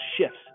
shifts